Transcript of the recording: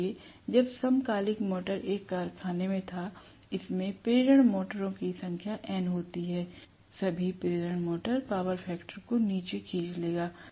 इसलिए जब समकालिक मोटर एक कारखाने में था इसमें प्रेरण मोटरों की संख्या N होती है सभी प्रेरण मोटर पावर फैक्टर को नीचे खींच लेगा